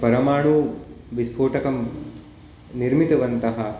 परमाणु विस्फोटकं निर्मितवन्तः